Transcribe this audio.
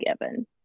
given